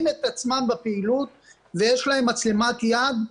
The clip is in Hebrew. את עצמם בפעילות ויש להם מצלמת יד,